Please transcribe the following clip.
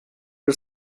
are